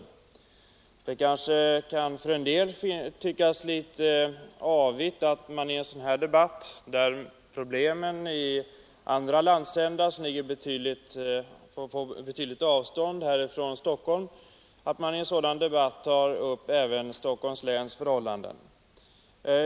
För en del av kammarens ledamöter kan det kanske tyckas litet avigt att i en sådan här debatt, där problemen i andra landsändar på betydligt avstånd från Stockholm behandlas, ta upp även Stockholms läns förhållanden.